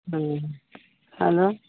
हँ हेलो